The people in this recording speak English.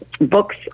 books